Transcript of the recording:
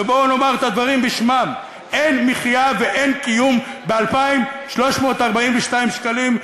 ובואו נאמר את הדברים בשמם: אין מחיה ואין קיום ב-2,342 שקלים.